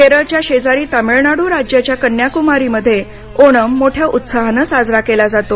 केरळच्या शेजारी तामिळनाडू राज्याच्या कन्याकुमारीमध्ये ओणम मोठ्या उत्साहानं साजरा केला जातो